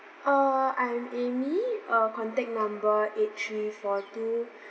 uh I'm amy uh contact number eight three four two